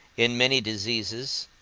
in many diseases,